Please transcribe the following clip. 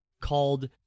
called